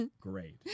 great